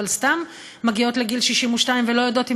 אבל סתם מגיעות לגיל 62 ולא יודעות אם